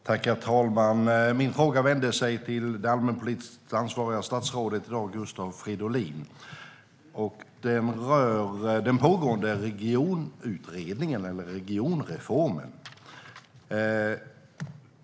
Herr talman! Min fråga vänder sig till det allmänpolitiskt ansvariga statsrådet i dag, Gustav Fridolin. Det handlar om den pågående regionutredningen eller regionreformen.